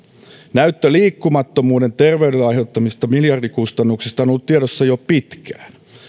näyttö liikkumattomuuden terveydelle aiheuttamista miljardikustannuksista on ollut tiedossa jo pitkään